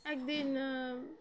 এক দিন